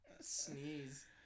Sneeze